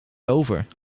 over